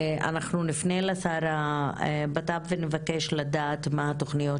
אנחנו נפה לשר לבט"פ ונבקש לדעת מה התוכניות